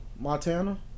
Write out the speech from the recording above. Montana